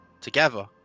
together